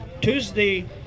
Tuesday